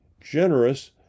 generous